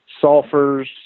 sulfur's